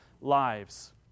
lives